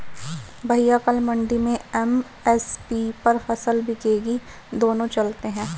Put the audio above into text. भैया कल मंडी में एम.एस.पी पर फसल बिकेगी दोनों चलते हैं